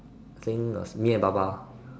I think was me and Baba